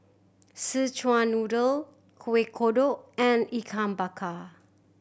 Szechuan Noodle Kueh Kodok and Ikan Bakar